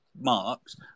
marks